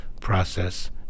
process